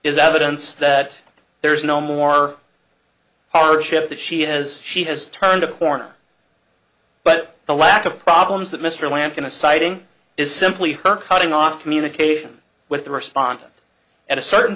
is evidence that there is no more hardship that she has she has turned a corner but the lack of problems that mr lampton a citing is simply her cutting off communication with the respondent at a certain